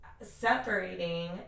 separating